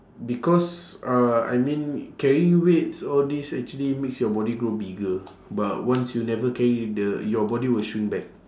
because uh I mean carrying weights all this actually makes your body grow bigger but once you never carry the your body will shrink back